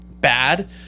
bad